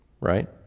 Right